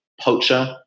poacher